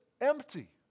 empty